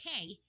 okay